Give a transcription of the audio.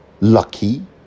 lucky